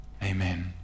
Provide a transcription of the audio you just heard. Amen